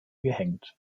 gehängt